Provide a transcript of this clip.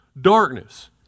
darkness